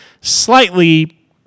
Slightly